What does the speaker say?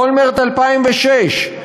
אולמרט 2006,